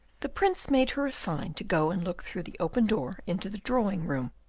the prince made her a sign to go and look through the open door into the drawing-room.